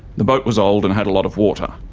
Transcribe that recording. the boat was old and had a lot of water.